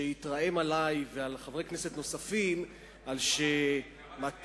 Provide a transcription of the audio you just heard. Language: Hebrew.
שהתרעם עלי ועל חברי כנסת נוספים על שמתחנו